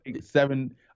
Seven